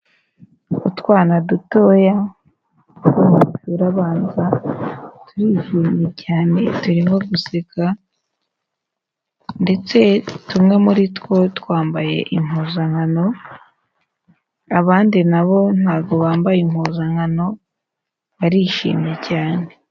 Utwana dutoya two mu mashuri abanza, turihumye cyane turimo guseka ndetse tumwe muri two twambaye impuzankano, abandi nabo ntago bambaye impuzankano, barishimye cyane.